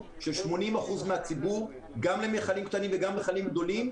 של 80% מהציבור גם במכלים קטנים וגם במכלים גדולים.